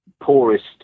poorest